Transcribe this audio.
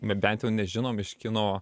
bent jau nežinom iš kino